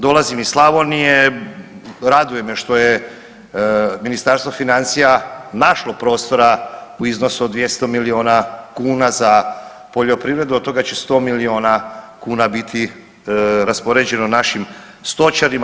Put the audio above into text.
Dolazim iz Slavonije, raduje me što je Ministarstvo financija našlo prostora u iznosu od 200 milijuna kuna za poljoprivredu, od toga će 100 milijuna kuna biti raspoređeno našim stočarima.